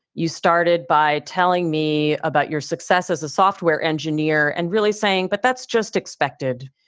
you started by telling me about your success as a software engineer and really saying, but that's just expected.